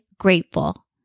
grateful